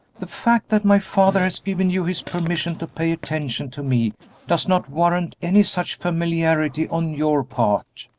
the fact that my father has given you his permission to pay attention to me does not warrant any such familiarity on your part.